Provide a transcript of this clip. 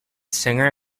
singer